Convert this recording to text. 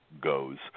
goes